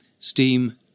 Steam